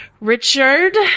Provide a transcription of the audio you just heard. Richard